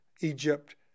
Egypt